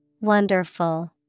Wonderful